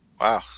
Wow